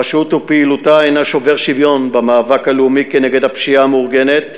הרשות ופעילותה הן שובר שוויון במאבק הלאומי כנגד הפשיעה המאורגנת,